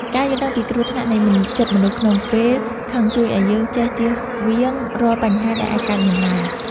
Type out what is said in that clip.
ការយល់ដឹងពីគ្រោះថ្នាក់នៃចិត្តមនុស្សក្នុងពេលខឹងជួយឱ្យយើងចេះចៀសវាងរាល់បញ្ហាដែលអាចកើតមានឡើង។